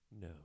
No